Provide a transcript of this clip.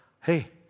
hey